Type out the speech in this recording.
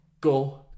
Go